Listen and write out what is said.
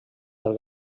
del